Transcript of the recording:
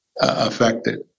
affected